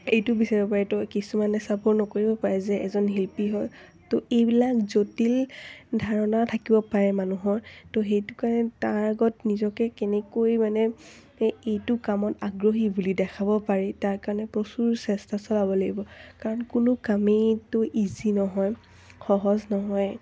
এইটো বিচাৰিব পাৰে ত' কিছুমানে চাপৰ্ট নকৰিব পাৰে যে এজন শিল্পী হয় ত' এইবিলাক জটিল ধাৰণা থাকিব পাৰে মানুহৰ ত' সেইটো কাৰণে তাৰ আগত নিজকে কেনেকৈ মানে এইটো কামত আগ্ৰহী বুলি দেখাব পাৰি তাৰ কাৰণে প্ৰচুৰ চেষ্টা চলাব লাগিব কাৰণ কোনো কামেইতো ইজি নহয় সহজ নহয়